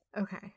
Okay